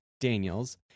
Daniels